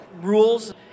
rules